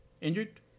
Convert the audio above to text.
injured